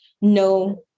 no